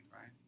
right